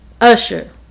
Usher